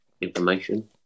information